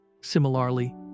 Similarly